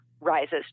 rises